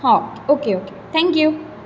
ह okay okay thank you